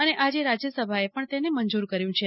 અને આજે રાજ્યસભાએ પણ તેને મંજૂર કર્યું છે